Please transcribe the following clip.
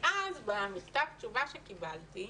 במכתב תשובה שקיבלתי,